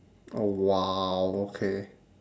oh !wow! okay